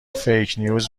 فیکنیوز